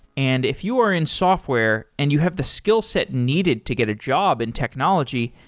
and if you are in software and you have the skill set needed to get a job in technology,